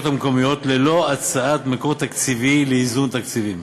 המקומיות ללא הצעת מקור תקציבי לאיזון תקציבים.